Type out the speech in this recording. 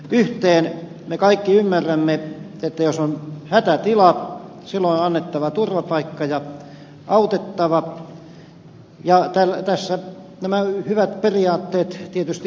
me kaikki ymmärrämme että jos on hätätila silloin on annettava turvapaikka ja autettava ja tässä nämä hyvät periaatteet tietysti ovatkin